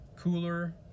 Cooler